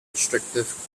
restrictive